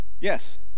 Yes